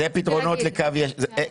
אלה פתרונות לקו ראשון.